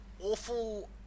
awful